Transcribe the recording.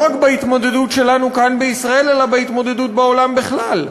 לא רק בהתמודדות שלנו כאן בישראל אלא בהתמודדות בעולם בכלל.